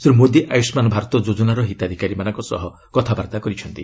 ଶ୍ରୀ ମୋଦି ଆୟୁଷ୍ମାନ ଭାରତ ଯୋଜନାର ହିତାଧିକାରୀମାନଙ୍କ ସହ କଥାବାର୍ତ୍ତା କରିଛନ୍ତି